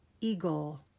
eagle